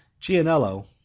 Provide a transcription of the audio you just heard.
Gianello